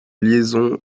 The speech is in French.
liaison